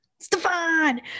Stefan